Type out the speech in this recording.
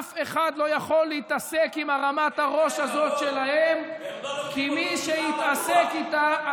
אף אחד לא יכול להתעסק עם הרמת הראש הזאת שלהם כי מי שיתעסק איתה,